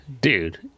Dude